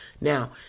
Now